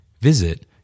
Visit